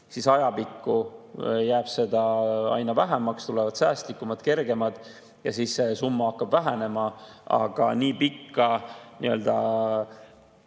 siis ajapikku jääb neid aina vähemaks, tulevad säästlikumad, kergemad ja siis see summa hakkab vähenema. Aga nii pikka põhjendatud